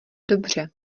dobře